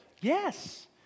Yes